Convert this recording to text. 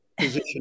position